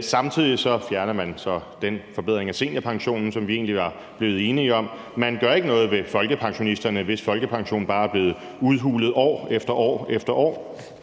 Samtidig fjerner man så den forbedring af seniorpensionen, som vi egentlig var blevet enige om. Man gør ikke noget for folkepensionisterne, hvis folkepension bare er blevet udhulet år efter år. Derfor